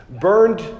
burned